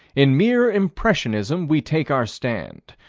in mere impressionism we take our stand.